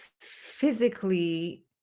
physically